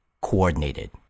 Coordinated